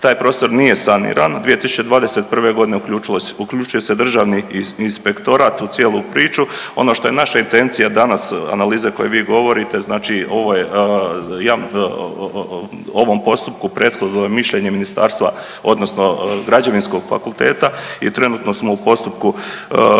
taj prostor nije saniran, 2021.g. uključuje se državni inspektorat u cijelu priču. Ono što je naša intencija danas analize koju vi govorite, znači ovo je, ovom postupku prethoduje mišljenje ministarstva odnosno građevinskog fakulteta i trenutno smo u postupku